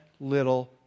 little